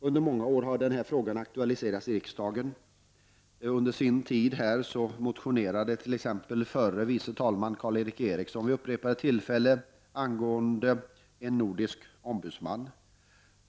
Under många år har den här frågan aktualiserats i riksdagen. Under sin tid här motionerade t.ex. förre vice talman Karl Erik Eriksson vid upprepade tillfällen angående en nordisk ombudsman.